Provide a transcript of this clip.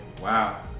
Wow